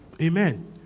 Amen